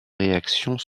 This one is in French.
réactions